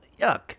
yuck